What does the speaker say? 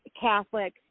Catholic